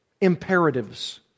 imperatives